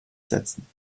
setzen